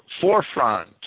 forefront